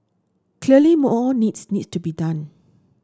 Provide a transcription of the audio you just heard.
clearly more needs needs to be done